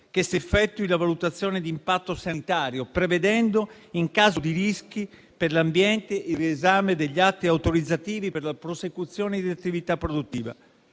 che si effettui la valutazione di impatto sanitario, prevedendo, in caso di rischi per l'ambiente, il riesame degli atti autorizzativi per la prosecuzione di attività produttive.